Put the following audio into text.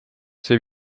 see